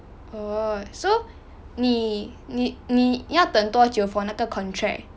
oh so 你你你要等多久 for 那个 contract